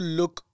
look